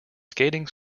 skating